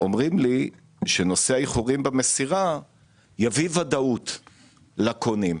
אומרים לי שהתיקון של נושא האיחורים במסירה יביא ודאות לקונים,